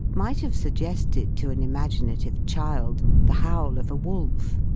might have suggested to an imaginative child the howl of a wolf.